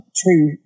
true